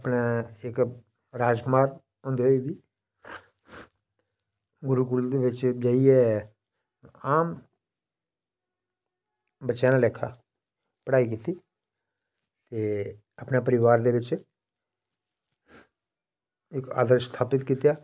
इक्क राजकुमार होंदे होई बी गुरूकुल च जाइयै आम बच्चें आह्ले लेखा पढ़ाई कीती ते अपने परिवार दे बिच इक्क आदर्श स्थापित कीता